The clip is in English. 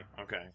okay